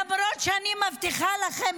למרות שאני מבטיחה לכם,